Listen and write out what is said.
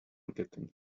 getting